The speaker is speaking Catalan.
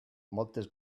moltes